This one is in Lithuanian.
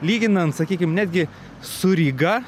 lyginant sakykim netgi su ryga